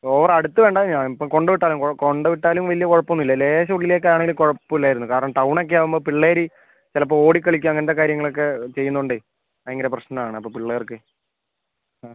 over അടുത്ത് വേണ്ട ഞാൻ ഇപ്പം കൊണ്ട് വിട്ടാലും കൊണ്ട് വിട്ടാലും വലിയ കുഴപ്പം ഒന്നും ഇല്ല ലേശം ഉള്ളിലേക്ക് ആണെങ്കിൽ കുഴപ്പം ഇല്ലായിരുന്നു കാരണം ടൗൺ ഒക്കെ ആവുമ്പം പിള്ളേർ ചിലപ്പം ഓടി കളിക്കും അങ്ങനത്തെ കാര്യങ്ങളൊക്കെ ചെയ്യുന്നതുകൊണ്ടേ ഭയങ്കര പ്രശ്നം ആണ് അപ്പം പിള്ളേർക്കേ ആ